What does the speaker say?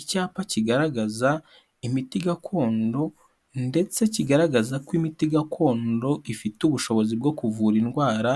Icyapa kigaragaza imiti gakondo, ndetse kigaragaza ko imiti gakondo ifite ubushobozi bwo kuvura indwara